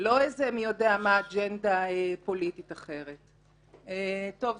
לא אג'נדה איזה